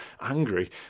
angry